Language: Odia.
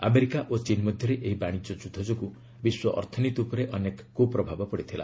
ଆମେରିକା ଓ ଚୀନ ମଧ୍ୟରେ ଏହି ବାଣିଜ୍ୟ ଯୁଦ୍ଧ ଯୋଗୁଁ ବିଶ୍ୱ ଅର୍ଥନୀତି ଉପରେ ଅନେକ କୁପ୍ରଭାବ ପଡିଥିଲା